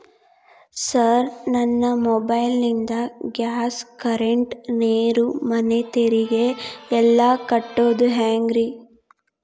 Sir ನನ್ನ mobile ನಿಂದ gas, current, ನೇರು, ಮನೆ ತೆರಿಗೆ ಎಲ್ಲಾ ಕಟ್ಟೋದು ಹೆಂಗ್ರಿ?